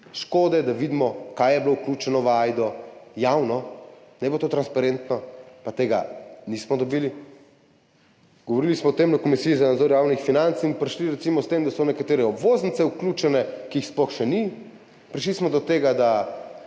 škode, da vidimo, kaj je bilo vključeno v Ajdo, javno, naj bo to transparentno, pa tega nismo dobili. Govorili smo o tem na Komisiji za nadzor javnih financ in prišli recimo do tega, da so nekatere obvoznice vključene, ki jih sploh še ni, prišli smo do tega, da